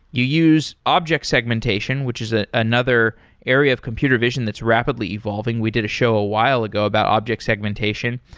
you use object segmentation which is ah another area of computer vision that's rapidly evolving. we did a show a while ago about object segmentation,